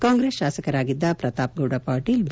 ಕಾಂಗ್ರೆಸ್ ಶಾಸಕರಾಗಿದ್ದ ಪ್ರತಾಪ್ಗೌಡ ಪಾಟೀಲ್ ಬಿ